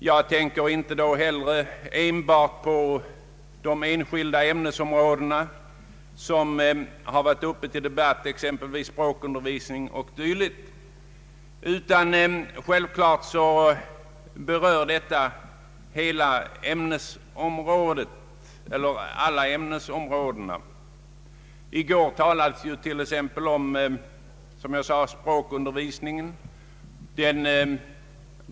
Jag tänker inte enbart på de enskilda ämnesområden som har varit uppe till debatt, språkundervisningen o.d. Självfallet berörs här alla ämnesområden. I går nämndes, som jag sade, språkundervisningen.